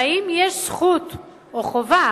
והאם יש זכות או חובה,